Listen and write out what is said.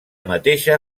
mateixa